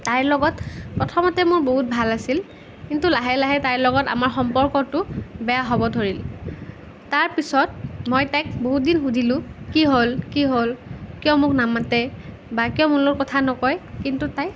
তাইৰ লগত প্ৰথমতে মোৰ বহুত ভাল আছিল কিন্তু লাহে লাহে তাইৰ লগত আমাৰ সম্পৰ্কটো বেয়া হ'ব ধৰিল তাৰ পিছত মই তাইক বহুতদিন সুধিলোঁ কি হ'ল কি হ'ল কিয় মোক নামাতে বা কিয় মোৰ লগত কথা নকয় কিন্তু তাই